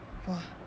!wah!